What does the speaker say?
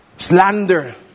Slander